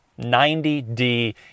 90D